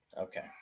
Okay